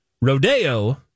Rodeo